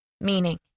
Meaning